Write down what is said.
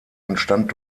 entstand